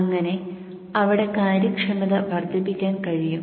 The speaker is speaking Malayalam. അങ്ങനെ അവിടെ കാര്യക്ഷമത വർദ്ധിപ്പിക്കാൻ കഴിയും